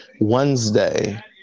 Wednesday